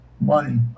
money